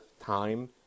time